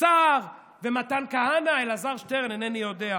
וסער ומתן כהנא, אלעזר שטרן, אינני יודע.